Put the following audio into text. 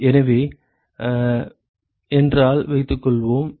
எனவே என்றால் வைத்துக்கொள்வோம்